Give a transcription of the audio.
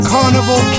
Carnival